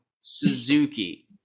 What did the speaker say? Suzuki